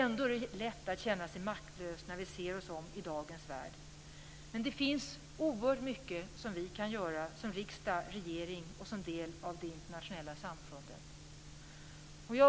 Ändå är det lätt att känna sig maktlös när man ser sig om i dagens värld. Men det finns oerhört mycket som vi kan göra som riksdag, regering och som del av det internationella samfundet.